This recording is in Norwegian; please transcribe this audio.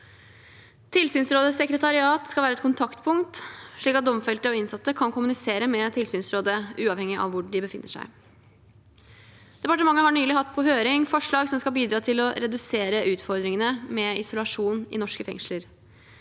Tilsynsrådets sekretariat skal være et kontaktpunkt slik at domfelte og innsatte kan kommunisere med tilsynsrådet uavhengig av hvor de befinner seg. Departementet har nylig hatt på høring forslag som skal bidra til å redusere utfordringene med isolasjon i norske fengsler.